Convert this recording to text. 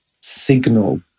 signal